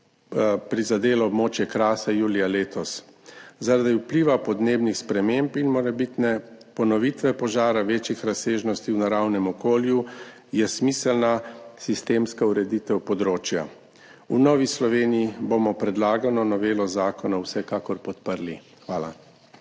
prizadelo območje Krasa julija letos. Zaradi vpliva podnebnih sprememb in morebitne ponovitve požara večjih razsežnosti v naravnem okolju je smiselna sistemska ureditev področja. V Novi Sloveniji bomo predlagano novelo zakona vsekakor podprli. Hvala.